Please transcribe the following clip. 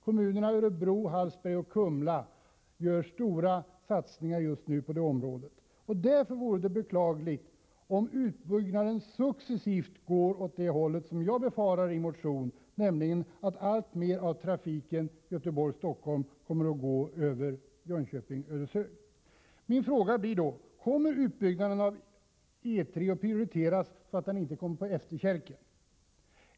Kommunerna Örebro, Hallsberg och Kumla gör stora satsningar just nu på det området. Därför vore det beklagligt om utbyggnaden successivt går åt det håll som jag befarar, att trafiken Göteborg-Stockholm kommer att gå över Jönköping och Ödeshög. Mina frågor blir då: Kommer en utbyggnad av E 3 att prioriteras, så att den inte kommer på efterkälken?